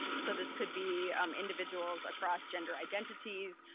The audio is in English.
so this could be um individuals across gender identities,